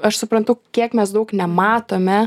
aš suprantu kiek mes daug nematome